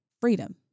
freedom